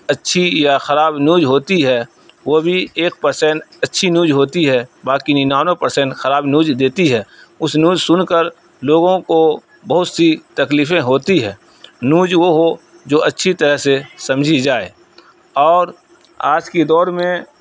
اچھی یا خراب نیوج ہوتی ہے وہ بھی ایک پرسنٹ اچھی نیوج ہوتی ہے باقی ننانوے پرسنٹ خراب نیوج دیتی ہے اس نیوج سن کر لوگوں کو بہت سی تکلیفیں ہوتی ہے نیوج وہ ہو جو اچھی طرح سے سمجھی جائے اور آج کی دور میں